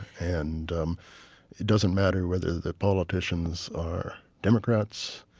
and um it doesn't matter whether the politicians are democrats,